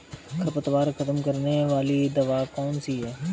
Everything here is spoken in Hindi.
खरपतवार खत्म करने वाली दवाई कौन सी है?